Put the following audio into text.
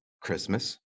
Christmas